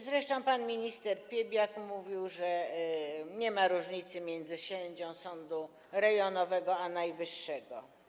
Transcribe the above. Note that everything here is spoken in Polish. Zresztą pan minister Piebiak mówił, że nie ma różnicy między sędzią sądu rejonowego a sędzią Sądu Najwyższego.